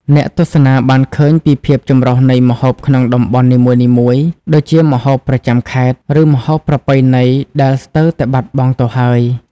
អ្នកទស្សនាបានឃើញពីភាពចម្រុះនៃម្ហូបក្នុងតំបន់នីមួយៗ ដូចជាម្ហូបប្រចាំខេត្ត ឬម្ហូបប្រពៃណីដែលស្ទើរតែបាត់បង់ទៅហើយ។